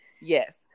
yes